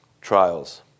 trials